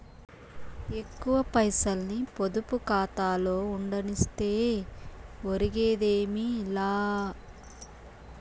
ఎక్కువ పైసల్ని పొదుపు కాతాలో ఉండనిస్తే ఒరిగేదేమీ లా